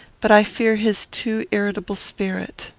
but i fear his too irritable spirit.